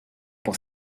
pour